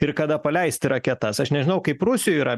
ir kada paleisti raketas aš nežinau kaip rusijoj yra